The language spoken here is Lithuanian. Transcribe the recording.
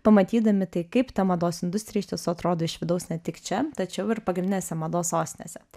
pamatydami tai kaip ta mados industrija iš tiesų atrodo iš vidaus ne tik čia tačiau ir pagrindinėse mados sostinėse